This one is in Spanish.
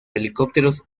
helicópteros